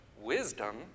wisdom